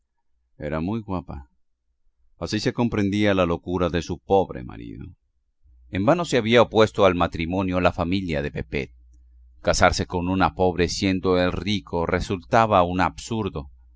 era muy guapa así se comprendía la locura de su pobre marido en vano se había opuesto al matrimonio la familia de pepet casarse con una pobre siendo él rico resultaba un absurdo